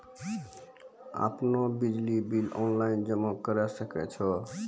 आपनौ बिजली bill online जमा करै सकै छौ?